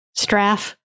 Straff